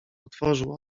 otworzył